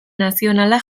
nazionala